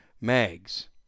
mags